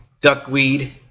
Duckweed